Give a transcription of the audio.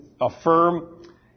affirm